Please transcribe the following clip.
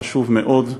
חשוב מאוד,